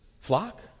flock